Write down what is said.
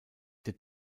der